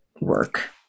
work